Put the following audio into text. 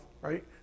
right